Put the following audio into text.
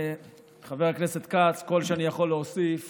חבר הכנסת כץ, כל שאני יכול להוסיף